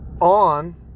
on